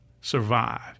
survive